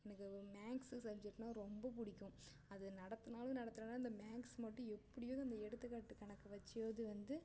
எனக்கு மேக்ஸ் சப்ஜக்ட்னால் ரொம்ப பிடிக்கும் அது நடத்தினாலும் நடத்துலைன்னாலும் இந்த மேக்ஸ் மட்டும் எப்படியோ அந்த எடுத்துக்காட்டு கணக்கை வச்சுயாவது வந்து